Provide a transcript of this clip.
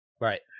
Right